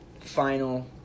Final